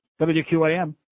WQAM